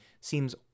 seems